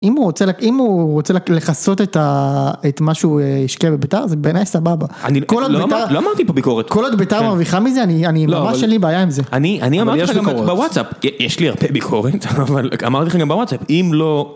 אם הוא רוצה לחסות את מה שהוא השקיע בבית הר זה בעיניי סבבה. לא אמרתי פה ביקורת. כל עוד בית הר מרוויחה מזה, אני ממש אין לי בעיה עם זה. אני אמרתי לך גם בוואטסאפ, יש לי הרבה ביקורת, אמרתי לך גם בוואטסאפ, אם לא...